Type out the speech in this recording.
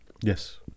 yes